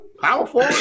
powerful